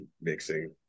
mixing